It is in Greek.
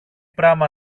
πράμα